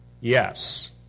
yes